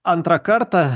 antrą kartą